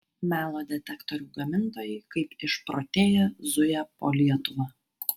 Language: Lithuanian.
melo detektorių gamintojai kaip išprotėję zuja po lietuvą